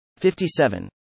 57